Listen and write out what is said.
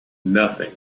nothing